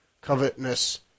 covetousness